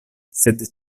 sed